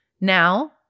Now